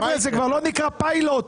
חבר'ה, זה כבר לא נקרא פיילוט.